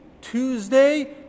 Tuesday